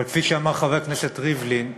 אבל כפי שאמר חבר הכנסת ריבלין,